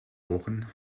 wochen